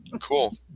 Cool